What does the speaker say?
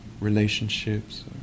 relationships